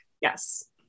Yes